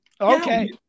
Okay